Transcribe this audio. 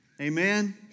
Amen